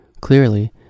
clearly